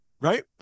Right